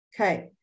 Okay